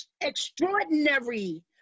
extraordinary